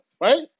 right